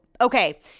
okay